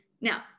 Now